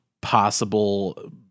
possible